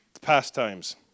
pastimes